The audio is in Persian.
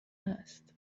هست